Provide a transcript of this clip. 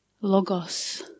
Logos